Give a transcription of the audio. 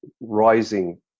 rising